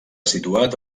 situat